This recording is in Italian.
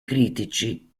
critici